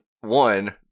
one